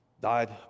died